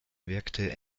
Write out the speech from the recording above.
wirkte